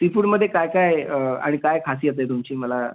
C फूडमध्ये काय काय आहे आणि काय खासियत आहे तुमची मला